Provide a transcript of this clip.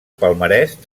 palmarès